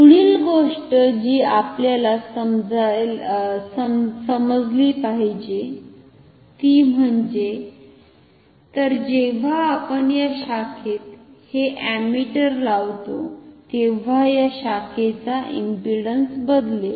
पुढील गोष्ट जी आपल्याला समजली पाहिजे ती म्हणजे तर जेव्हा आपण या शाखेत हे अमीटर लावतो तेव्हा या शाखेचा इंपिडंस बदलेल